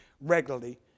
regularly